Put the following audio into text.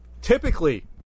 typically